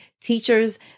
teachers